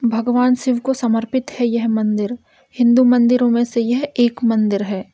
भगवान शिव को समर्पित है यह मंदिर हिंदू मंदिरों में से यह एक मंदिर है